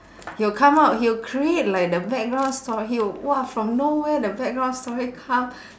he'll come up he'll create like the background stor~ he will !wah! from nowhere the background story come